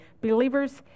Believers